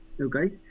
okay